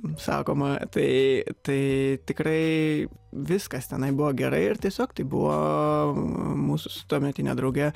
sakoma tai tai tikrai viskas tenai buvo gerai ir tiesiog tai buvo mūsų su tuometine drauge